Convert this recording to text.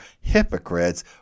hypocrites